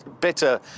bitter